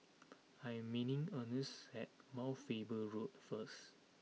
I am meaning Ernst at Mount Faber Road first